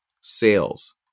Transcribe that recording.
sales